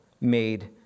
made